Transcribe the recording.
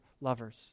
lovers